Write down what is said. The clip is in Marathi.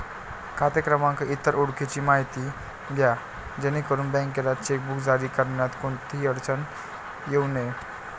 खाते क्रमांक, इतर ओळखीची माहिती द्या जेणेकरून बँकेला चेकबुक जारी करण्यात कोणतीही अडचण येऊ नये